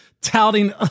touting